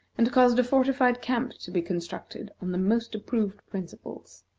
and caused a fortified camp to be constructed on the most approved principles.